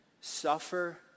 suffer